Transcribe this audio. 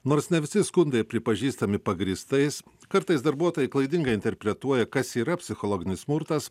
nors ne visi skundai pripažįstami pagrįstais kartais darbuotojai klaidingai interpretuoja kas yra psichologinis smurtas